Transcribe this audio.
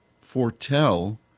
foretell